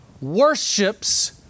worships